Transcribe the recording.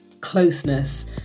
closeness